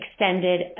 extended